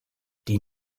die